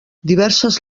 diverses